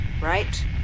right